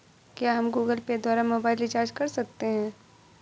क्या हम Google Pay द्वारा मोबाइल रिचार्ज कर सकते हैं?